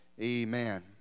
Amen